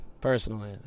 Personally